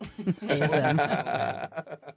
ASM